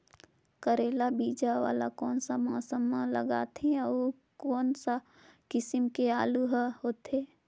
करेला बीजा वाला कोन सा मौसम म लगथे अउ कोन सा किसम के आलू हर होथे?